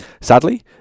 Sadly